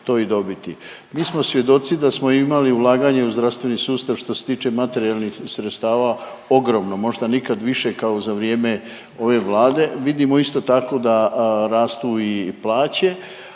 Mi smo svjedoci sa smo imali ulaganja u zdravstveni sustav što se tiče materijalnih sredstava ogromno, možda nikad više kao za vrijeme ove Vlade. Vidimo isto tako da rastu i plaće,